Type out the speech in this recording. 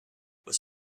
was